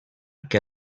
que